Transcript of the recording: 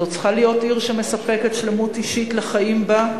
זו צריכה להיות עיר שמספקת שלמות אישית לחיים בה,